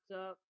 up